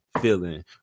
feeling